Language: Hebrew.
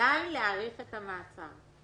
להאריך את המעצר?